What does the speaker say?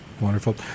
Wonderful